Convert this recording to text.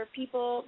people